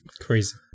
Crazy